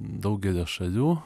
daugelio šalių